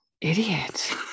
idiot